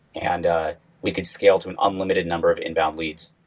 and ah we could scale to an unlimited number of inbound leads.